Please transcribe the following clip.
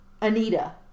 Anita